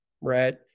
right